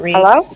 Hello